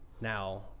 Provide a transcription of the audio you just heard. Now